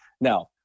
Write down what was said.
Now